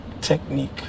technique